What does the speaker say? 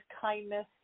kindness